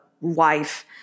wife